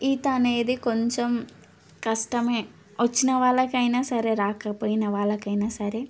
ఈత అనేది కొంచెం కష్టమే వచ్చిన వాళ్ళకి అయినా సరే రాకపోయిన వాళ్ళకైనా సరే